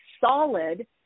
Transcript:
solid